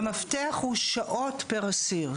המפתח הוא שעות פר אסיר.